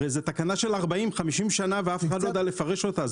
הרי זאת תקנה של 40-50 שנה ואף אחד לא יודע לפרש אותה.